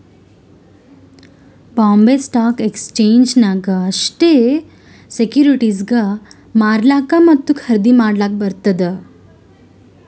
Bombay stock exchange ನಾಗ್ ಅಷ್ಟೇ ಸೆಕ್ಯೂರಿಟಿಸ್ಗ್ ಮಾರ್ಲಾಕ್ ಮತ್ತ ಖರ್ದಿ ಮಾಡ್ಲಕ್ ಬರ್ತುದ್